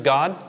God